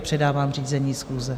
Předávám řízení schůze.